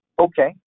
Okay